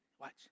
Watch